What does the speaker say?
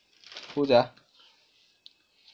who sia